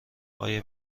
آیا